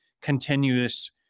continuous